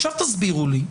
עכשיו תסבירו לי: